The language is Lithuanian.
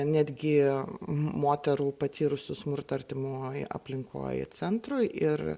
netgi moterų patyrusių smurtą artimoj aplinkoj centrui ir